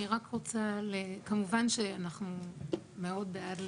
אני רוצה להגיד שאנחנו מאוד בעד